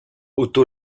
otto